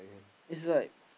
is like